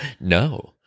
no